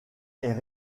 est